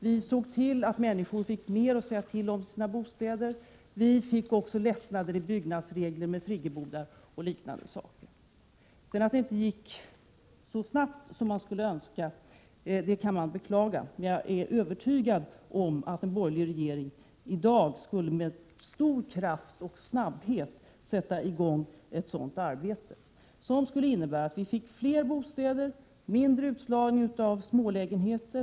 Vi såg till att människor fick mer att säga till om i sina bostäder. Man fick också lättnader i byggnadsreglerna, med friggebodar och liknande. Att det sedan inte gick så snabbt som man skulle kunna önska kan man ju beklaga, men jag är övertygad om att en borgerlig regering i dag med stor kraft och snabbhet skulle sätta i gång ett sådant arbete, som skulle innebära fler bostäder och mindre utslagning av smålägenheter.